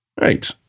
Right